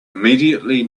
immediately